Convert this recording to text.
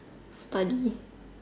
study